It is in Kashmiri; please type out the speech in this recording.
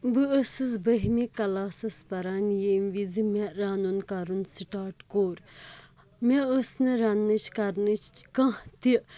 بہٕ ٲسٕس بٔہمہِ کَلاسَس پَران ییٚمہِ وِزِ مےٚ رَنُن کَرُن سِٹاٹ کوٚر مےٚ ٲس نہٕ رَنٛنٕچ کَرنٕچ کانٛہہ تہِ